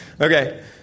Okay